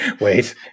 Wait